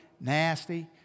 nasty